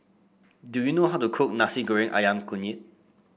do you know how to cook Nasi Goreng ayam Kunyit